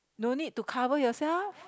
no need to cover yourself